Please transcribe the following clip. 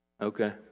Okay